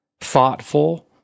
thoughtful